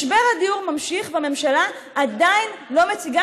משבר הדיור ממשיך והממשלה עדין לא מציגה